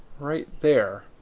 right there,